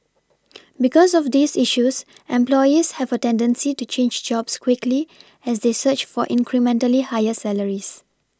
because of these issues employees have a tendency to change jobs quickly as they search for incrementally higher salaries